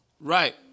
Right